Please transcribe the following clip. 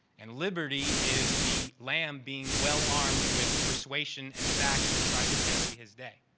and liberty is the lamb being well-armed with persuasion and facts to try to carry his day.